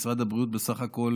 משרד הבריאות, בסך הכול